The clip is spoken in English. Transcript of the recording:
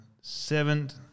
Seventh